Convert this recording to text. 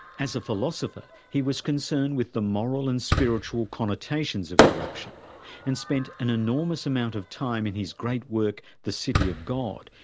as a philosopher he was concerned with the moral and spiritual connotations of corruption and spent an enormous amount of time in his great work, the city of god,